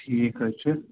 ٹھیٖک حظ چھُ